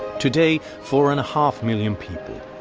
today four and a half million people,